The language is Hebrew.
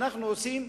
ואנחנו עושים,